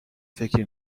فکری